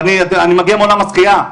ואני מגיע מעולם השחייה,